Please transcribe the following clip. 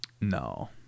No